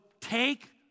Take